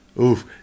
Oof